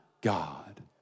God